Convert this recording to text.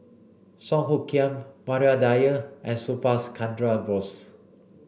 Song Hoot Kiam Maria Dyer and Subhas Chandra Bose